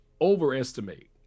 overestimate